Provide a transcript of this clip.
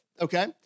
Okay